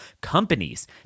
companies